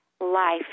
life